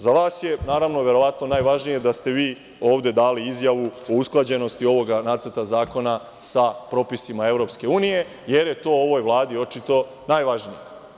Za vas je, naravno, verovatno najvažnije da ste vi ovde dali izjavu o usklađenosti ovoga nacrta zakona sa propisima EU, jer je to ovoj Vladi očito najvažnije.